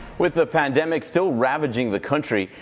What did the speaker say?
with the pandemic still ravaging the country,